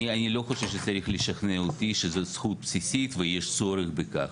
אני לא חושב שצריך לשכנע אותי שזו זכות בסיסית ויש צורך בכך.